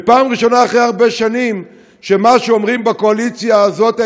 זו פעם ראשונה אחרי הרבה שנים שמה שאומרים בקואליציה הזאת,